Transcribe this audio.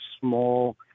small